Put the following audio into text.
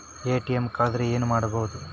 ATM ಕಳದ್ರ ಏನು ಮಾಡೋದು?